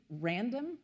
random